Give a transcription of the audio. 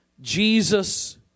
Jesus